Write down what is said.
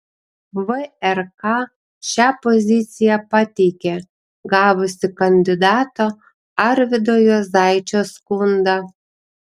vrk šią poziciją pateikė gavusi kandidato arvydo juozaičio skundą